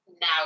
now